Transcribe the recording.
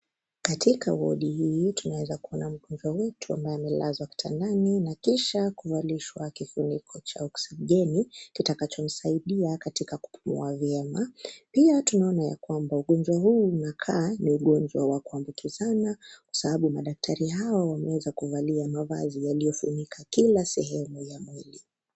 Katika wodi hii tunaweza kuona mgonjwa wetu ambaye amelazwa kitandani na kisha kuvalishwa kifuniko cha oksijeni, kitakachomsaidia katika kupumua vyema. Pia tunaona ya kwamba ugonjwa huyu unakaa ni ugonjwa wa kuambukizana, kwa sababu madaktari hawa wameweza kuvalia mavazi yaliyofunika kila sehemu ya mwili.